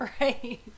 right